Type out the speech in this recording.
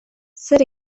zer